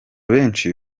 benshi